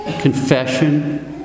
confession